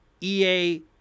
EA